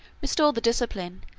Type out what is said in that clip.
restore the discipline,